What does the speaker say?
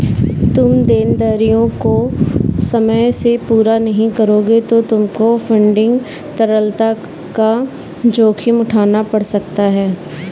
तुम देनदारियों को समय से पूरा नहीं करोगे तो तुमको फंडिंग तरलता का जोखिम उठाना पड़ सकता है